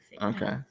Okay